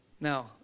Now